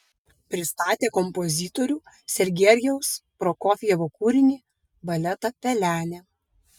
pristatė kompozitorių sergejaus prokofjevo kūrinį baletą pelenė